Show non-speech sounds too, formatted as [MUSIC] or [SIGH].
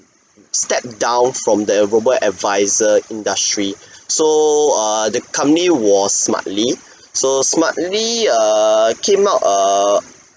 stepped down from the robo advisor industry [BREATH] so err the company was Smartly [BREATH] so Smartly err came out err